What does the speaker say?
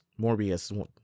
Morbius